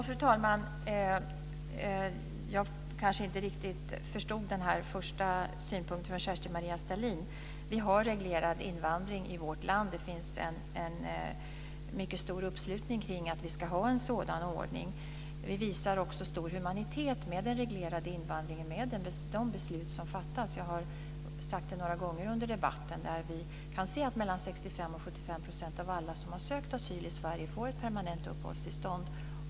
Fru talman! Jag kanske inte riktigt förstod den första synpunkten från Kerstin-Maria Stalin. Vi har en reglerad invandring i vårt land. Det finns en mycket stor uppslutning kring att vi ska ha en sådan ordning. Vi visar också stor humanitet med den reglerade invandringen och med de beslut som fattas. Jag har sagt det några gånger under debatten. 65-75 % av alla som har sökt asyl i Sverige får ett permanent uppehållstillstånd.